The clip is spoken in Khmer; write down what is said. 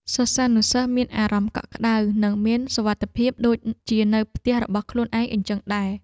សិស្សានុសិស្សមានអារម្មណ៍កក់ក្តៅនិងមានសុវត្ថិភាពដូចជានៅផ្ទះរបស់ខ្លួនឯងអញ្ចឹងដែរ។